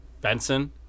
Benson